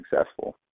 successful